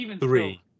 Three